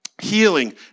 healing